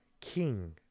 king